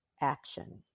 action